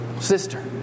sister